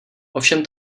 ovšem